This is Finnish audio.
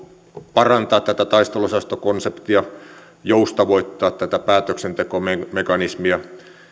parantaa tätä taisteluosastokonseptia ja joustavoittaa tätä päätöksentekomekanismia